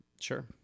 Sure